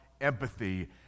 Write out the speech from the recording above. empathy